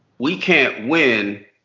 we can't win